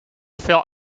veel